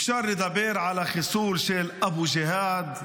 אפשר לדבר על החיסול של אבו ג'יהאד,